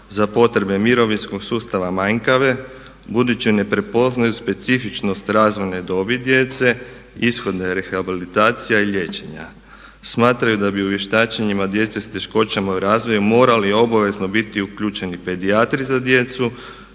za potrebe mirovinskog sustava manjkave, budući ne prepoznaju specifičnost razvojne dobi djece, ishode rehabilitacija i liječenja, smatraju da bi u vještačenjima djece s teškoćama u razvoju morali obavezno biti uključeni pedijatri za djecu